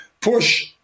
push